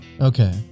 Okay